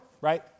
right